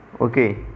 Okay